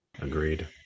agreed